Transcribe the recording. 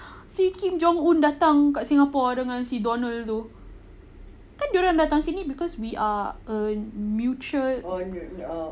si kim jong-un datang kat singapore dengan si donald tu kan dorang datang ke sini cause we are neutral